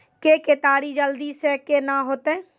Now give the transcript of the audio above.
के केताड़ी जल्दी से के ना होते?